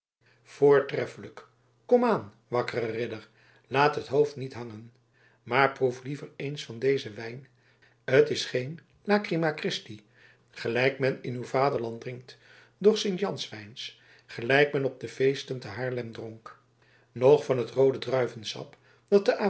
voortreffelijk komaan wakkere ridder laat het hoofd niet hangen maar proef liever eens van dezen wijn het is geen lacryma christi gelijk men in uw vaderland drinkt noch sint jans wijn gelijk men op de feesten te haarlem dronk noch van het roode druivensap dat